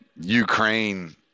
Ukraine